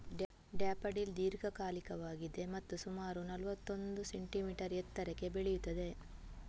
daffodil ದೀರ್ಘಕಾಲಿಕವಾಗಿದೆ ಮತ್ತು ಸುಮಾರು ನಲ್ವತ್ತೊಂದು ಸೆಂಟಿಮೀಟರ್ ಎತ್ತರಕ್ಕೆ ಬೆಳೆಯುತ್ತದೆ